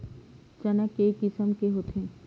चना के किसम के होथे?